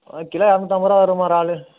kilo இரநூத்தம்பது ரூபா வரும்மா இறால்